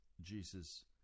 Jesus